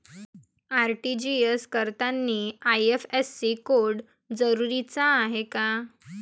RTGS करतांनी IFSC code जरुरीचा हाय का?